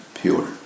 pure